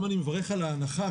אני גם מברך על ההנחה,